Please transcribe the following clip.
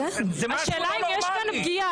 זה משהו לא נורמאלי.